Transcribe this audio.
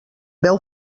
veu